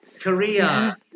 Korea